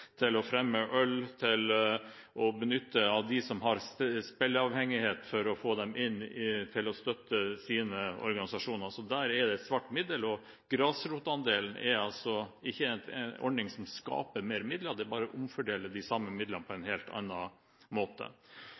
til å fremme øl, til å benytte dem som har spilleavhengighet for å få dem til å støtte sine organisasjoner, så der er det et svart middel. Grasrotandelen er ikke en ordning som skaper mer midler, det bare omfordeler de samme midlene på en helt annen måte.